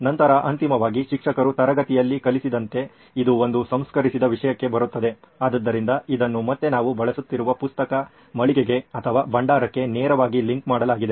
ನಂತರ ಅಂತಿಮವಾಗಿ ಶಿಕ್ಷಕರು ತರಗತಿಯಲ್ಲಿ ಕಲಿಸಿದಂತೆ ಇದು ಒಂದು ಸಂಸ್ಕರಿಸಿದ ವಿಷಯಕ್ಕೆ ಬರುತ್ತದೆ ಆದ್ದರಿಂದ ಇದನ್ನು ಮತ್ತೆ ನಾವು ಬಳಸುತ್ತಿರುವ ಪುಸ್ತಕ ಮಳಿಗೆಗೆಭಂಡಾರಕ್ಕೆ ನೇರವಾಗಿ ಲಿಂಕ್ ಮಾಡಲಾಗಿದೆ